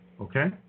Okay